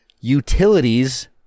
utilities